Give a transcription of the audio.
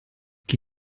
chi